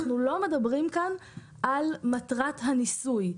אנחנו לא מדברים כאן על מטרת הניסוי.